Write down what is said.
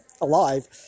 alive